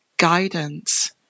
Guidance